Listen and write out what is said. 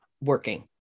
working